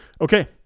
Okay